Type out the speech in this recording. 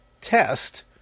test